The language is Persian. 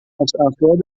افراد